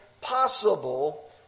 possible